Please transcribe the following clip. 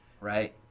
right